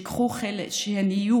שייקחו חלק כשוות,